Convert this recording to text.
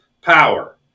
power